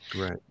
Right